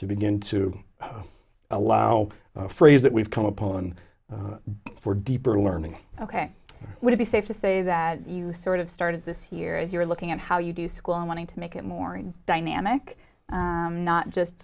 to begin to allow phrase that we've come upon for deeper learning ok would it be safe to say that you sort of started this year if you're looking at how you do school and wanting to make it more and dynamic not just